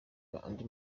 andi